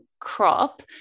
crop